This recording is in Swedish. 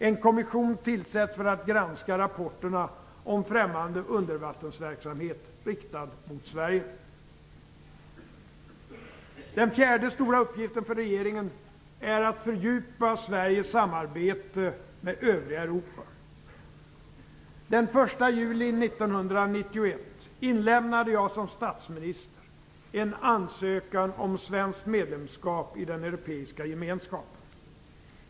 En kommission tillsätts för att granska rapporterna om främmande undervattensverksamhet riktad mot Den fjärde stora uppgiften för regeringen är att fördjupa Sveriges samarbete med övriga Europa. Den 1 juli 1991 inlämnade jag som statsminister en ansökan om svenskt medlemskap i den europeiska gemenskapen.